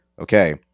okay